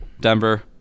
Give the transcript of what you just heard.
Denver